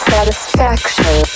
Satisfaction